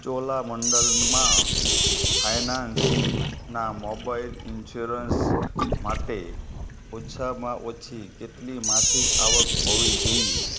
ચોલામંડલમાં ફાઇનાન્સના mobile insurance માટે ઓછામાં ઓછી કેટલી માસિક આવક હોવી જોઈએ